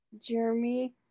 Jeremy